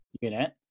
unit